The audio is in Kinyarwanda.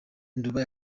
nduba